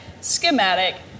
schematic